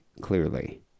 clearly